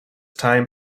time